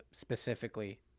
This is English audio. specifically